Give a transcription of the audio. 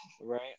Right